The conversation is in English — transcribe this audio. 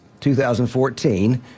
2014